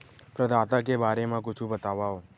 प्रदाता के बारे मा कुछु बतावव?